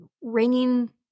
ringing